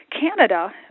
Canada